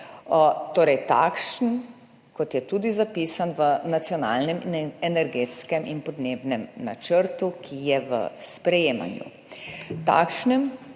torej takšen, kot je tudi zapisan v nacionalnem energetskem in podnebnem načrtu, ki je v sprejemanju, takšen,